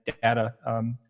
data